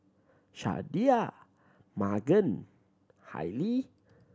Shardae Magan Hailee